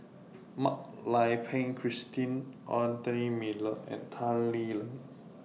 Mak Lai Peng Christine Anthony Miller and Tan Lee Leng